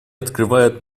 открывает